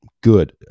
good